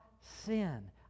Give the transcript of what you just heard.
sin